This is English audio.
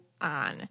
on